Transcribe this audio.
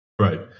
Right